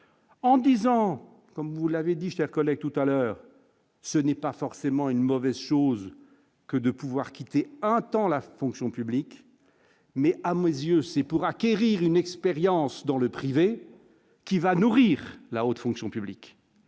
en disant, comme vous l'avez dit, chers collègues, tout à l'heure, ce n'est pas forcément une mauvaise chose que de pouvoir quitter un temps la fonction publique mais à mes yeux, c'est pour acquérir une expérience dans le privé qui va nourrir la haute fonction publique